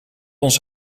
ons